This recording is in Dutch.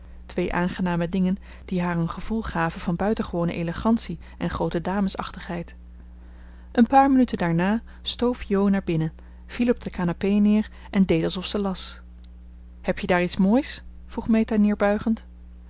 had twee aangename dingen die haar een gevoel gaven van buitengewone élegantie en groote damesachtigheid een paar minuten daarna stoof jo naar binnen viel op de canapé neer en deed alsof ze las heb je daar iets moois vroeg meta neerbuigend